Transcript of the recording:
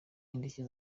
indishyi